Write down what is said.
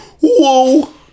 whoa